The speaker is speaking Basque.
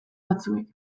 batzuek